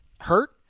hurt